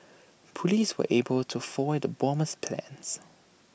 Police were able to foil the bomber's plans